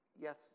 yes